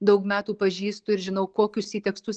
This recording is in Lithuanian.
daug metų pažįstu ir žinau kokius ji tekstus